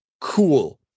cool